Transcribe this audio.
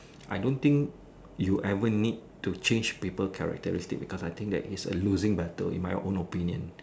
I don't think you ever need to change people characteristic because I think that it's a losing Battle in my own opinion